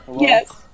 Yes